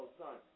son